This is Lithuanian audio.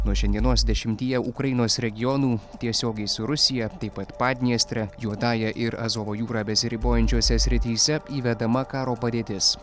nuo šiandienos dešimtyje ukrainos regionų tiesiogiai su rusija taip pat padniestre juodąja ir azovo jūra besiribojančiose srityse įvedama karo padėtis